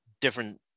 different